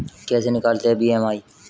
कैसे निकालते हैं बी.एम.आई?